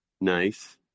nice